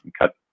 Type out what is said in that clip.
cut